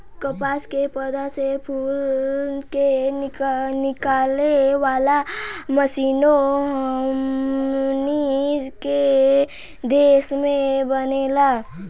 कपास के पौधा से फूल के निकाले वाला मशीनों हमनी के देश में बनेला